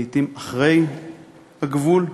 לעתים מאחורי הגבול,